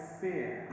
fear